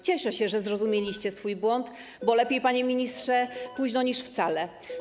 Cieszę się, że zrozumieliście swój błąd, bo lepiej, panie ministrze, późno niż wcale.